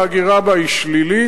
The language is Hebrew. ההגירה בה היא שלילית,